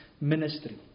ministry